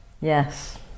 Yes